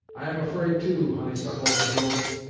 i am afraid, too, honeysuckle of the hills,